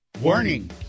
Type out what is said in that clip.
Warning